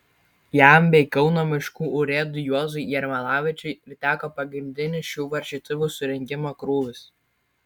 jam bei kauno miškų urėdui juozui jermalavičiui ir teko pagrindinis šių varžytuvių surengimo krūvis